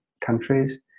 countries